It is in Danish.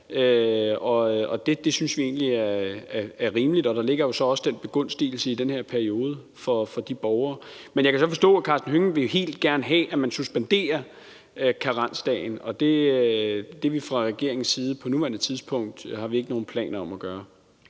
det synes vi egentlig er rimeligt. Og der ligger jo så også den begunstigelse i den her periode for de borgere. Men jeg kan så forstå, at Karsten Hønge gerne vil have, at man helt suspenderer karensdagen, og det har vi fra regeringens side på nuværende tidspunkt ikke nogen planer om at gøre.